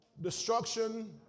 destruction